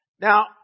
Now